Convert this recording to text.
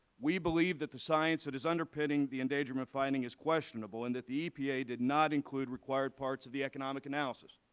we believe that the science that is underpinning the endangerment finding is questionable and that the epa did not include required parts of economic analysis.